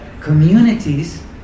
communities